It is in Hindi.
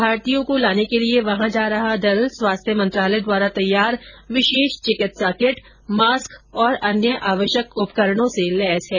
भारतीयों को लाने के लिए वहां जा रहा दल स्वास्थ्य मंत्रालय द्वारा तैयार विशेष चिकित्सा किट मास्क और अन्य आवश्यक उपकरणों से लैस है